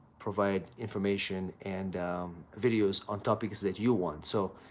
provide information and videos on topics that you want. so,